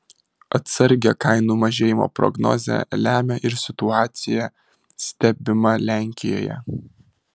atsargią kainų mažėjimo prognozę lemia ir situacija stebima lenkijoje